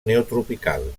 neotropical